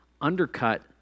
undercut